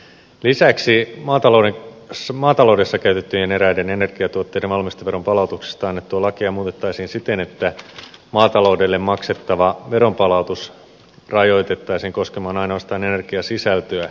lisäksi maataloudessa käytettyjen eräiden energiatuotteiden valmisteveron palautuksesta annettua lakia muutettaisiin siten että maataloudelle maksettava veronpalautus rajoitettaisiin koskemaan ainoastaan energiasisältöä